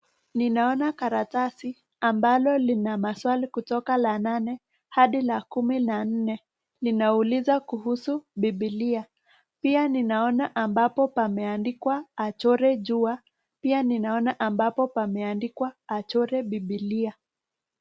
Ninaona karatasi ambalo lina maswali kutoka la nane hadi la kumi na nne. Linauliza kuhusu Biblia. Pia ninaona ambapo pameandikwa "achore jua", pia ninaona ambapo pameandikwa "achore Biblia".